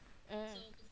mm